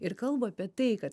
ir kalba apie tai kad